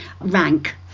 rank